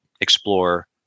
explore